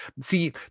See